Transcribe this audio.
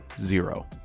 Zero